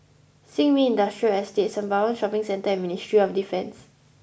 Sin Ming Industrial Estate Sembawang Shopping Centre and Ministry of Defence